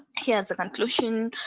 here's the conclusion.